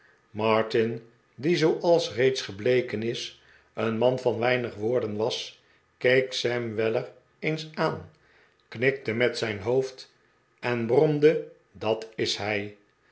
martin die zooals reeds gebleken is een man van weinig woorden was keek sam welle r eens aan knikte met zijn hoofd en bromde dat is hij